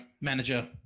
manager